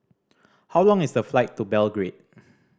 how long is the flight to Belgrade